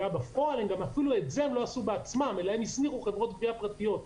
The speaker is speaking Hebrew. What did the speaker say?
בפועל אפילו את זה הם לא עשו בעצמם אלא הם הסמיכו חברות גבייה פרטיות.